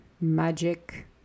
magic